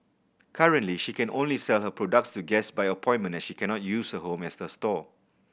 currently she can only sell her products to guests by appointment as she cannot use her home as a store